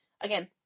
Again